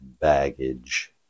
baggage